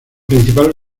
principal